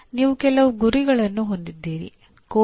ನೀವು ಕೆಲವು ಗುರಿಯನ್ನು ಹೊಂದಿದ್ದೀರಿ